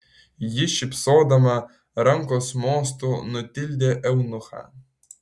ji šypsodama rankos mostu nutildė eunuchą